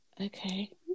okay